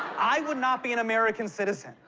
i would not be an american citizen.